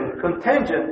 contingent